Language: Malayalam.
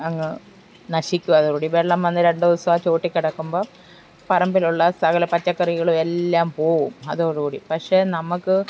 അങ്ങു നശിക്കു അതോടുകൂടി വെള്ളം വന്ന് രണ്ടു ദിവസം ആ ചുവട്ടിൽ കിടക്കുമ്പം പറമ്പിലുള്ള സകല പച്ചക്കറികളും എല്ലാം പോകും അതോടു കൂടി പക്ഷെ നമുക്ക്